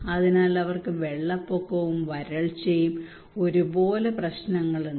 അതിനാൽ അവർക്ക് വെള്ളപ്പൊക്കവും വരൾച്ചയും ഒരുപോലെ പ്രശ്നങ്ങളുണ്ട്